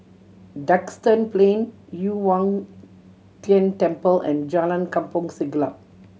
Duxton Plain Yu Huang Tian Temple and Jalan Kampong Siglap